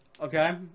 Okay